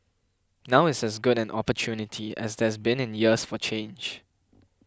now is as good an opportunity as there's been in years for change